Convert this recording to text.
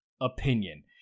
opinion